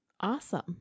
Awesome